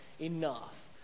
enough